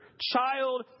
child